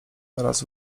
raz